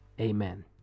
Amen